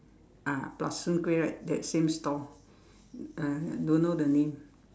ah plus soon-kueh right that same stall ah don't know the name